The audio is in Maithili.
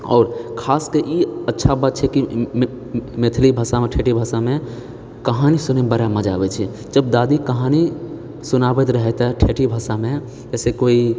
आओर खासकर ई अच्छा बात छै कि मैथिली भाषामे ठेठी भाषामे कहानी सुनयमे बड़ा मजा आबैछेै जब दादी कहानी सुनाबैत रहिते ठेठी भाषामे जैसे कोइ